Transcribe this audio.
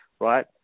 right